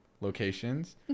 locations